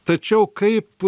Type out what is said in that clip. tačiau kaip